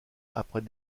après